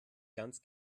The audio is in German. ganz